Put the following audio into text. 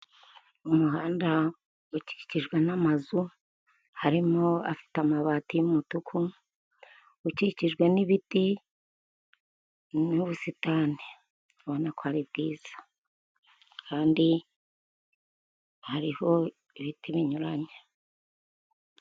Ikamyo y'umutuku iri mu muhanda umushoferi uyitwaye nawe yambaye umutuku hejuru, icanya ibinyoteri ndetse hagati y'amapine y'imbere n'ay'inyuma harimo akaba k'umweru gatandukanya igice cy'inyuma n'ik'imbere.